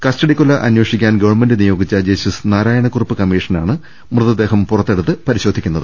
കസ്റ്റഡിക്കൊല അന്വേഷിക്കാൻ ഗവൺമെന്റ് നിയോ ഗിച്ച ജസ്റ്റിസ് നാരായണക്കുറുപ്പ് കമ്മിഷനാണ് മൃതദ്ദേഹം പുറത്തെടുത്ത് പരിശോധിക്കുന്നത്